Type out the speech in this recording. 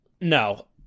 no